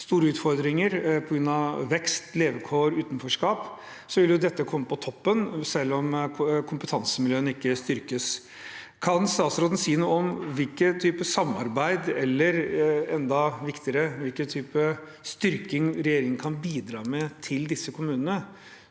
store utfordringer på grunn av vekst, levekår og utenforskap, vil dette komme på toppen når kompetansemiljøene ikke styrkes. Kan statsråden si noe om hvilke typer samarbeid, eller – enda viktigere – hvilke typer styrking regjeringen kan bidra med til disse kommunene,